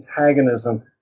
antagonism